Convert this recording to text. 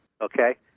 Okay